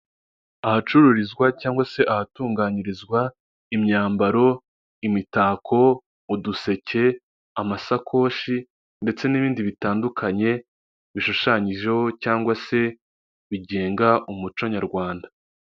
Ahacururizwa cyangwa se ahatunganyirizwa imyambaro, imitako, uduseke, amasakoshi, ndetse n'ibindi bitandukanye bishushanyijeho cyangwa se bigenga umuco nyarwanda.